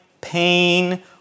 pain